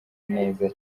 neza